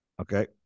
Okay